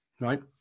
Right